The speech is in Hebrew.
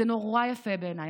זה נורא יפה בעיניי.